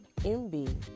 MB